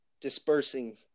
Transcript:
dispersing